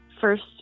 first